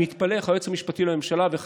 אני מתפלא איך היועץ המשפטי לממשלה ואיך